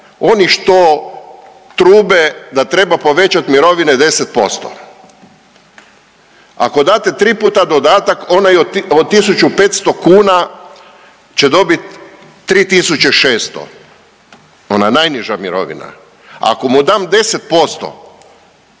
oni što trube da treba povećati mirovine 10%, ako date 3 puta dodatak onaj od 1500 kuna će dobiti 3600, ona najniža mirovina, ako mu dam 10%,